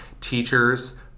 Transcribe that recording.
teachers